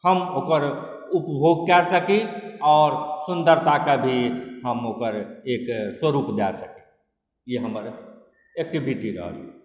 हम ओकर उपभोग कऽ सकी आओर सुन्दरताके भी हम ओकर एक स्वरूप दऽ सकी ई हमर एक्टिविटी रहल अछि